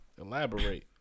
elaborate